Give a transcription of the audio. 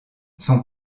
son